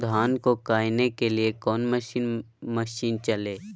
धन को कायने के लिए कौन मसीन मशीन चले?